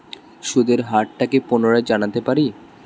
সুদের হার টা কি পুনরায় জানতে পারি?